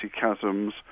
chasms